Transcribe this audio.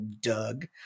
Doug